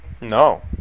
No